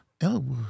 Elwood